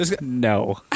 No